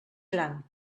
gran